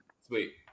Sweet